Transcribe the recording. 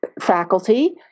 faculty